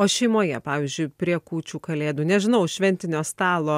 o šeimoje pavyzdžiui prie kūčių kalėdų nežinau šventinio stalo